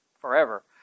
forever